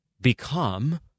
become